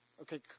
okay